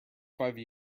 five